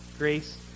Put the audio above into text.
Grace